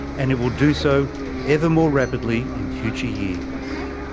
and it will do so ever more rapidly in future years.